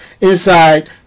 inside